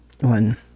one